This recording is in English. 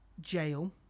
jail